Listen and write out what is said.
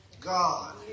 God